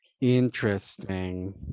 Interesting